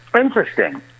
Interesting